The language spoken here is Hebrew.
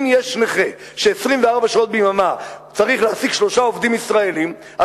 אם יש נכה שצריך להעסיק שלושה עובדים ישראלים 24 שעות ביממה,